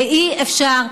ואי-אפשר,